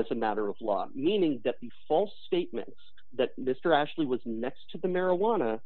as a matter of law meaning that the false statement that mr ashley was next to the marijuana